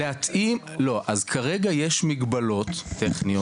כרגע יש מגבלות טכניות.